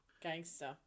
Gangster